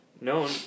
known